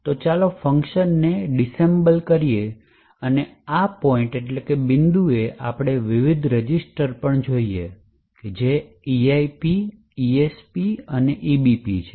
તો ચાલો ફંકશનને ડિસએસેમ્બલ કરીએ અને આ બિંદુએ આપણે વિવિધ રજિસ્ટર પણ જોઈએ જે EIP ESP અને EBP છે